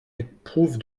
éprouve